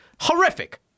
horrific